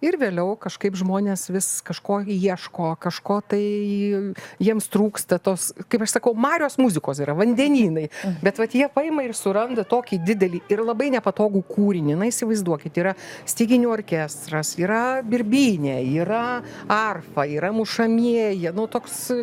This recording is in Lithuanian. ir vėliau kažkaip žmonės vis kažko ieško kažko tai jiems trūksta tos kaip aš sakau marios muzikos yra vandenynai bet vat jie paima ir suranda tokį didelį ir labai nepatogų kūrinį na įsivaizduokit yra styginių orkestras yra birbynė yra arfa yra mušamieji nu toks